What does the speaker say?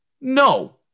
No